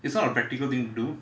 it's not a practical thing to do